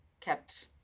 kept